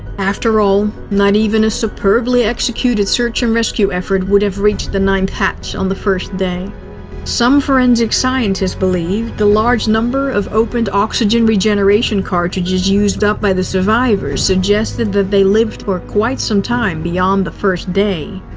after all, not even a superbly executed search and rescue effort would have reached the ninth hatch on the first day some forensic scientists believed the large number of opened oxygen regeneration cartridges used up by the survivors, suggested that they lived for quite some time beyond the first day.